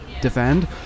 defend